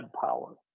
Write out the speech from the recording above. power